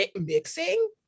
Mixing